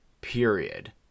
period